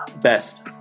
best